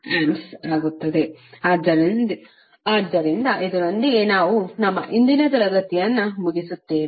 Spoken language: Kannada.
ಆದ್ದರಿಂದ ಇದರೊಂದಿಗೆ ನಾವು ನಮ್ಮ ಇಂದಿನ ತರಗತಿಯನ್ನು ಮುಗಿಸುತ್ತೇನೆ